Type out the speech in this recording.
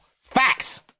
Facts